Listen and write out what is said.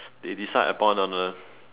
they decide upon on a